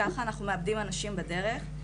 ככה אנחנו מאבדים אנשים בדרך.